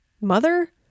mother